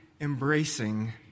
embracing